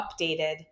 updated